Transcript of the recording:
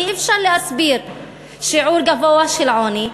אי-אפשר להסביר שיעור גבוה של עוני,